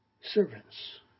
servants